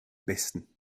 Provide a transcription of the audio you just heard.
besten